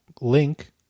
link